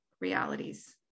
realities